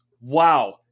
Wow